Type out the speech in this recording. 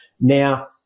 Now